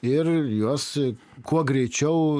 ir juos kuo greičiau